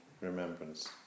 remembrance